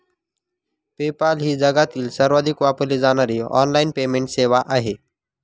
PayPal ही जगातील सर्वाधिक वापरली जाणारी ऑनलाइन पेमेंट सेवा आहे